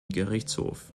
gerichtshof